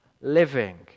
living